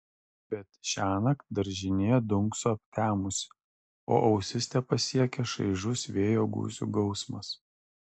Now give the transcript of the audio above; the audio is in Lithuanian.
bet šiąnakt daržinė dunkso aptemusi o ausis tepasiekia šaižus vėjo gūsių gausmas